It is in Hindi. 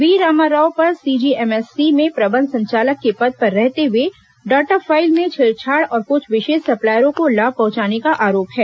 व्ही रामाराव पर सीजीएमएससी में प्रबंध संचालक के पद पर रहते हुए डॉटा फाइल में छेड़छाड़ और कुछ विशेष सप्लायरों को लाभ पहुंचाने का आरोप है